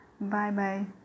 Bye-bye